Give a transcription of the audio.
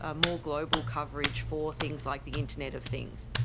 ah more global coverage for things like the internet of things.